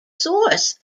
source